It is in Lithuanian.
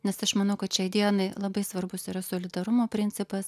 nes aš manau kad šiai dienai labai svarbus yra solidarumo principas